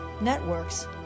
networks